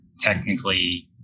technically